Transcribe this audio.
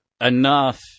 enough